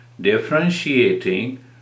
differentiating